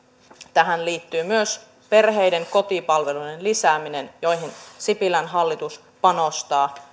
tähän liittyy myös perheiden kotipalveluiden lisääminen joihin sipilän hallitus panostaa